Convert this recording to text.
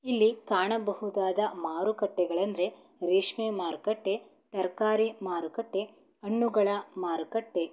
ಇಲ್ಲಿ ಕಾಣಬಹುದಾದ ಮಾರುಕಟ್ಟೆಗಳೆಂದ್ರೆ ರೇಷ್ಮೆ ಮಾರುಕಟ್ಟೆ ತರಕಾರಿ ಮಾರುಕಟ್ಟೆ ಹಣ್ಣುಗಳ ಮಾರುಕಟ್ಟೆ